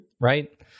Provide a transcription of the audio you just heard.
right